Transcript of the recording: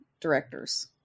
directors